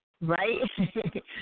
Right